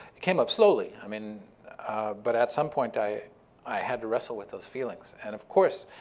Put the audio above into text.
it came up slowly. i mean but at some point, i i had to wrestle with those feelings. and of course,